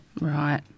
Right